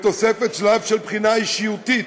בתוספת שלב של בחינה אישיותית,